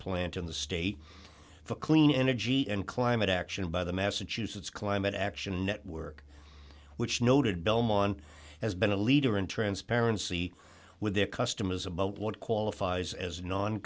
plant in the state for clean energy and climate action by the massachusetts climate action network which noted belmont has been a leader in transparency with their customers about what qualifies as non